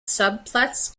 subplots